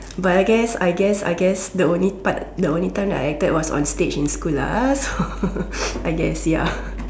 but I guess I guess I guess the only part the only time I acted was on stage in school lah ah so I guess ya